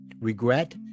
regret